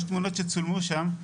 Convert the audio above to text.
יש תמונות שצולמו שם,